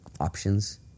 options